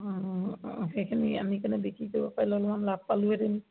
সেইখিনি আনি কেনে বিক্ৰী কৰিব পাৰিলেও অলমান লাভ পালোঁহেঁতেন